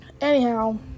anyhow